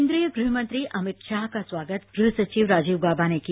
केंद्रीय गृहमंत्री अमित शाह का स्वागत गृहसविव राजीव गाबा ने किया